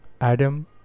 Adam